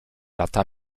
lata